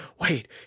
wait